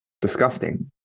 Disgusting